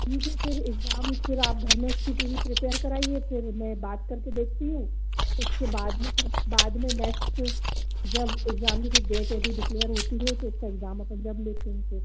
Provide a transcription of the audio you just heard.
ठीक है फिर इगज़ाम फिर आप घर में प्रीपेयर कराइए फिर मैं बात कर के देखती हूँ उसके बाद में फिर बाद में मैथ के जब इगज़ाम डिक्लेर होती है तो इसका इगज़ाम अपन जब लेते है फिर